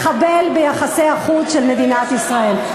לחבל ביחסי החוץ של מדינת ישראל.